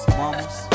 mamas